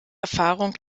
erfahrung